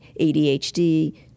ADHD